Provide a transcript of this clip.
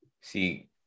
See